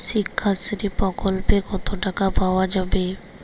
শিক্ষাশ্রী প্রকল্পে কতো টাকা পাওয়া যাবে?